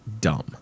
dumb